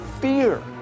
fear